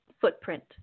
footprint